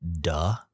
duh